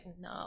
no